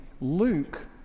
Luke